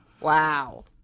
Wow